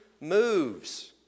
moves